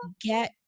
get